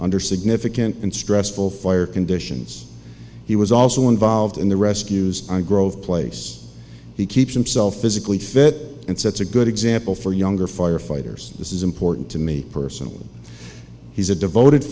under significant and stressful fire conditions he was also involved in the rescues growth place he keeps himself physically fit and sets a good example for younger firefighters this is important to me personally he's a devoted